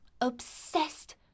obsessed